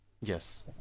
Yes